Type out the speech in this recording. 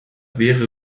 wäre